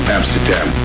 Amsterdam